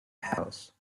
house